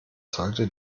sollte